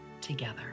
together